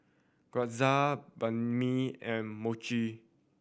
Gyoza Banh Mi and Mochi